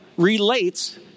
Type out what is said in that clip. relates